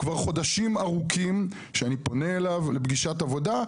כבר חודשים ארוכים שאני פונה אליו לפגישת עבודה,